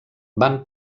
van